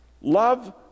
Love